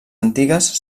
antigues